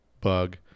bug